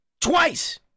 twice